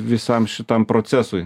visam šitam procesui